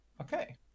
Okay